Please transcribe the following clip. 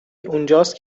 اونجاست